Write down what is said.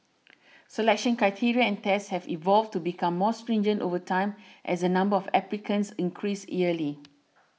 selection criteria and tests have evolved to become more stringent over time as the number of applicants increase yearly